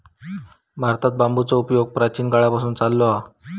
भारतात बांबूचो उपयोग प्राचीन काळापासून चाललो हा